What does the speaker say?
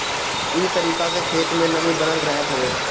इ तरीका से खेत में नमी बनल रहत हवे